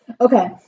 Okay